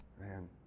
Man